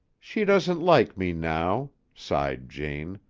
she doesn't like me now, sighed jane,